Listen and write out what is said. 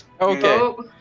Okay